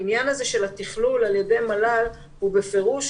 העניין הזה של התכלול על ידי מל"ל הוא בפירוש